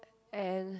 and